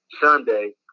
Sunday